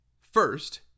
First